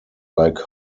like